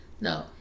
no